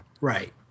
Right